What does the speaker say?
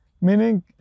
Meaning